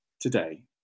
today